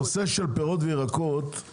הנושא של פירות וירקות הוא